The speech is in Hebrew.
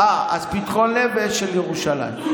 אז פתחון לב ואשל ירושלים.